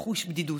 ולחוש בדידות.